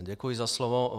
Děkuji za slovo.